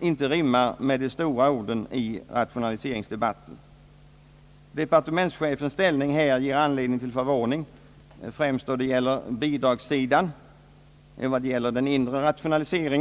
inte rimmar med de stora orden i rationaliseringsdebatten. Departementschefens ställning här ger anledning till förvåning, främst i fråga om bidragssidan när det gäller inre rationalisering.